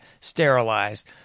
sterilized